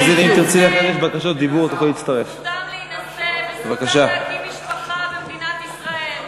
להינשא, וזכותם להקים משפחה במדינת ישראל.